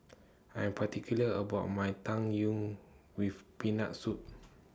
I Am particular about My Tang Yuen with Peanut Soup